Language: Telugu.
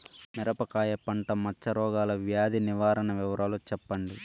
మిరపకాయ పంట మచ్చ రోగాల వ్యాధి నివారణ వివరాలు చెప్పండి?